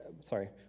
sorry